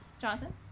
Jonathan